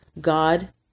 God